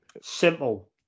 Simple